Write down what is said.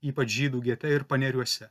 ypač žydų gete ir paneriuose